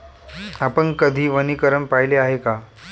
आपण कधी वनीकरण पाहिले आहे का?